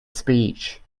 speech